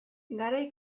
garai